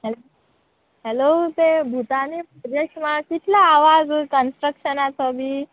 hello hello तें Bhutani project म्हाका कितलो आवाज कन्स्ट्रक्शनाचो बी